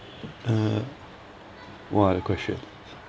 uh what other question